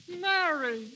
Mary